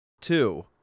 Two